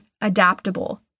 adaptable